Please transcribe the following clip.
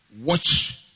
Watch